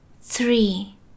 Three